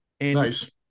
Nice